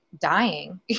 dying